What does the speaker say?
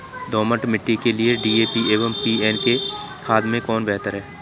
दोमट मिट्टी के लिए डी.ए.पी एवं एन.पी.के खाद में कौन बेहतर है?